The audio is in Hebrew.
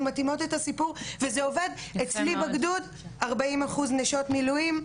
מתאימות את הסיפור וזה עובד אצלי בגדוד 40 אחוז נשות מילואים,